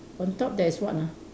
on top there's what ah